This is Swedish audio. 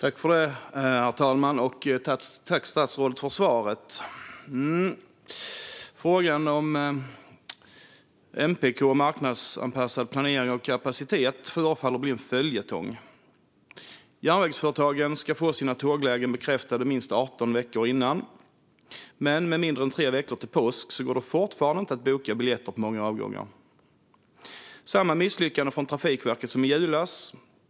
Herr talman! Tack, statsrådet, för svaret! Ja, frågan om MPK, marknadsanpassad planering av kapacitet, förefaller att bli en följetong. Järnvägsföretagen ska få sina tåglägen bekräftade minst 18 veckor innan, men med mindre än tre veckor till påsk går det fortfarande inte att boka biljetter på många avgångar. Det är samma misslyckande från Trafikverket som i julas.